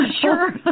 Sure